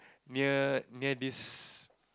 near near this